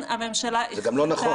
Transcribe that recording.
לכן הממשלה החליטה